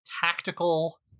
tactical